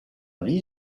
vie